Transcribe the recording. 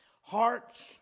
Hearts